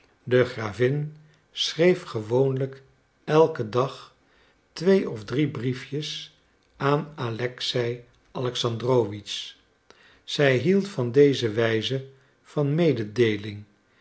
de gravin schreef gewoonlijk elken dag twee of drie briefjes aan alexei alexandrowitsch zij hield van deze wijze van mededeeling